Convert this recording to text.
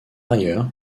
ailleurs